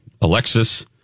Alexis